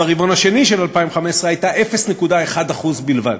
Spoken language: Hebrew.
ברבעון השני של 2015 הייתה 0.1% בלבד.